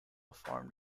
formed